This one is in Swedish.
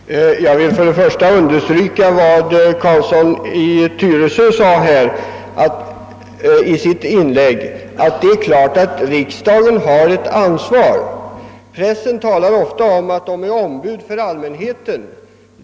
Herr talman! Jag vill för det första understryka vad herr Carlsson i Tyresö sade här i sitt inlägg, nämligen att det är klart att riksdagen har ett ansvar på detta område. Pressen talar ofta om att den är ombud för allmänheten.